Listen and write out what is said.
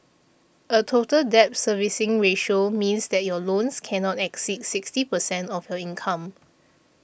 a Total Debt Servicing Ratio means that your loans cannot exceed sixty percent of your income